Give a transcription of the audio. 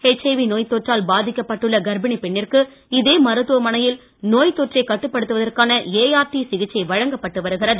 HIV நோய்த் தொற்றால் பாதிக்கப்பட்டுள்ள கர்ப்பிணி பெண்ணிற்கு இதே மருத்துவமனையில் நோய்த் தொற்றை கட்டுப்படுத்துவதற்கான ஏஆர்டி சிகிச்சை வழங்கப்பட்டு வருகிறது